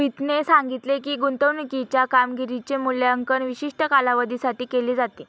मोहितने सांगितले की, गुंतवणूकीच्या कामगिरीचे मूल्यांकन विशिष्ट कालावधीसाठी केले जाते